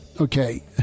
Okay